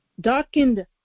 darkened